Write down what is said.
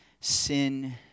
sin